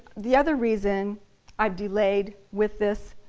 the other reason i've delayed with this,